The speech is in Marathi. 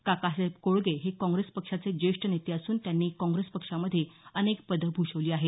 काकासाहेब कोळगे हे काँग्रेस पक्षाचे ज्येष्ठ नेते असून त्यांनी काँग्रेस पक्षामध्ये अनेक पदं भूषविली आहेत